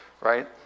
right